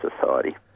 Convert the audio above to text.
Society